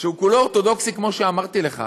שהוא כולו אורתודוקסי, כמו שאמרתי לך,